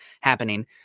happening